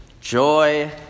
Joy